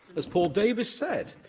as paul davies said,